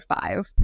five